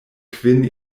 kvin